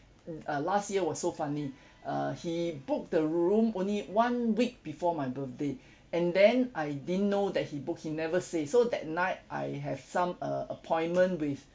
mm uh last year was so funny uh he book the room only one week before my birthday and then I didn't know that he book he never say so that night I have some uh appointment with